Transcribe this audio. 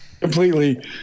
completely